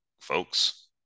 folks